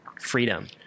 freedom